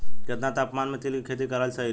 केतना तापमान मे तिल के खेती कराल सही रही?